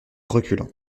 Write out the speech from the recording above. reculant